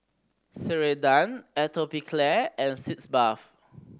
Ceradan Atopiclair and Sitz Bath